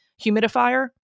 humidifier